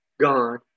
God